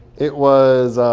it was